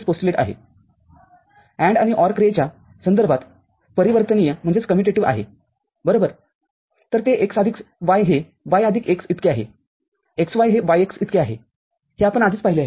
AND आणि OR क्रियेच्या संदर्भात परिवर्तनीयआहे बरोबरतर ते x आदिक y हे y आदिक x इतके आहे xy हे yx इतके आहे हे आपण आधीच पाहिले आहे